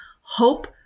Hope